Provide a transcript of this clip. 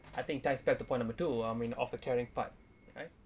I think ties back to point number two I mean of the caring part right